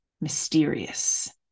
Mysterious